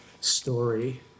story